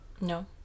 no